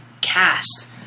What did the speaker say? cast